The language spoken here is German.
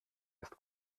ist